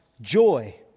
joy